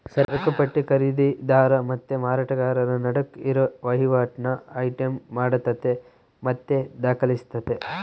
ಸರಕುಪಟ್ಟಿ ಖರೀದಿದಾರ ಮತ್ತೆ ಮಾರಾಟಗಾರರ ನಡುಕ್ ಇರೋ ವಹಿವಾಟನ್ನ ಐಟಂ ಮಾಡತತೆ ಮತ್ತೆ ದಾಖಲಿಸ್ತತೆ